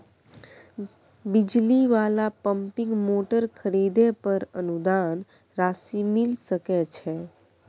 बिजली वाला pumping motor खरीदे पर अनुदान राशि मिल सके छैय?